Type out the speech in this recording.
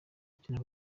gukina